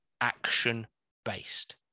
action-based